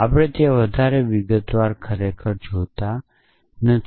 આપણે ત્યાં વધારે વિગતવાર ખરેખર જતા નથી